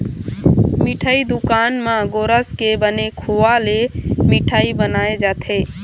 मिठई दुकान म गोरस के बने खोवा ले मिठई बनाए जाथे